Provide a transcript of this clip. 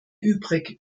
übrig